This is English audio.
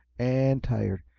and tired,